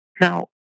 Now